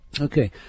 Okay